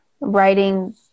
writing